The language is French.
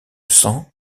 sang